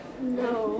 No